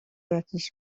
jakieś